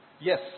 yes